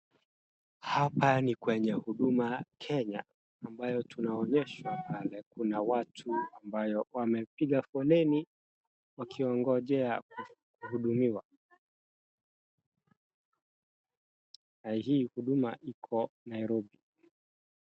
Hapa ni kwenye Huduma Kenya ambayo tunaonyeshwa pale kuna watu ambayo wamepiga foleni wakiogonjea kuhudumiwa. Na hii huduma iko Nairobi.